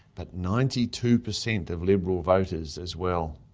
but ninety two per cent of liberal voters as well.